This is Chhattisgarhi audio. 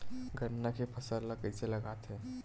गन्ना के फसल ल कइसे लगाथे?